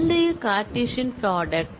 முந்தைய Cartesian product